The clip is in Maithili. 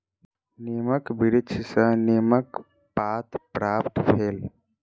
नीमक वृक्ष सॅ नीमक पात प्राप्त भेल